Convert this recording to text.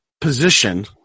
position